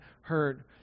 heard